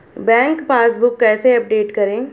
Bank passbook कैसे update करें?